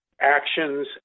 actions